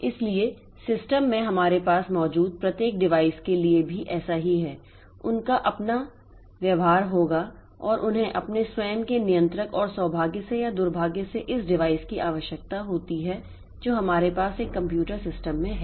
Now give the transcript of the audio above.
इसलिए सिस्टम में हमारे पास मौजूद प्रत्येक डिवाइस के लिए भी ऐसा ही है उनका अपना व्यवहार होगा और उन्हें अपने स्वयं के नियंत्रक और सौभाग्य से या दुर्भाग्य से इस डिवाइस की आवश्यकता होती है जो हमारे पास एक कंप्यूटर सिस्टम में है